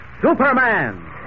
Superman